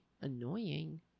annoying